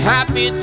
Happy